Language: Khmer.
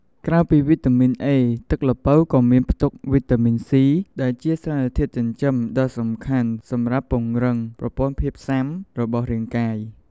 ក្រៅពីវីតាមីន A ទឹកល្ពៅក៏មានផ្ទុក វីតាមីន C ដែលជាសារធាតុចិញ្ចឹមដ៏សំខាន់សម្រាប់ពង្រឹងប្រព័ន្ធភាពស៊ាំរបស់រាងកាយ។